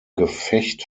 gefecht